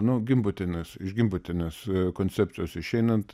nu gimbutienės iš gimbutienės koncepcijos išeinant